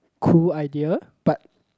cool idea but